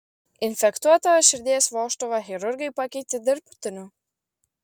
infekuotą širdies vožtuvą chirurgai pakeitė dirbtiniu